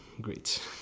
great